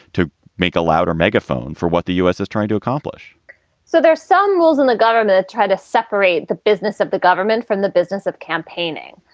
to make a louder megaphone for what the u s. is trying to accomplish so there some rules in the government try to separate the business of the government from the business of campaigning.